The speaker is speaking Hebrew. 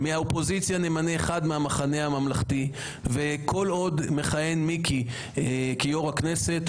מהאופוזיציה נמנה אחד מהמחנה הממלכתי וכל עוד מכהן מיקי כיו"ר הכנסת,